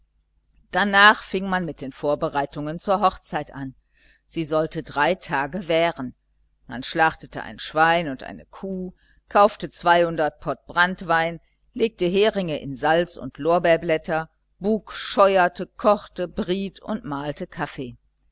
danach fing man mit den vorbereitungen zur hochzeit an sie sollte drei tage währen man schlachtete ein schwein und eine kuh kaufte zweihundert pott branntwein legte heringe in salz und lorbeerblätter buk scheuerte kochte briet und mahlte kaffee